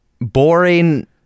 boring